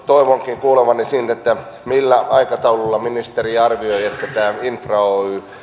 toivonkin kuulevani millä aikataululla ministeri arvioi että tämä infra oy